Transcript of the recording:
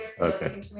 Okay